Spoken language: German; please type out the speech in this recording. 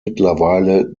mittlerweile